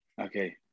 okay